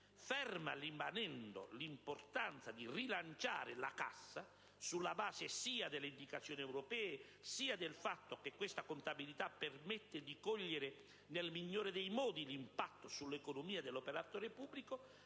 Ferma rimanendo l'importanza di rilanciare la cassa, sulla base sia delle indicazioni europee sia del fatto che questa contabilità permette di cogliere nel migliore dei modi l'impatto sull'economia dell'operatore pubblico,